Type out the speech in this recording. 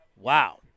wow